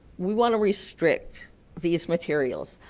we want to restrict these materials,